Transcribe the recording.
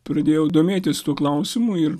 pradėjau domėtis tuo klausimu ir